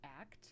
act